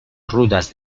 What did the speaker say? rutas